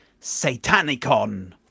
Satanicon